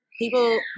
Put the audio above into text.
People